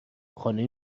خانه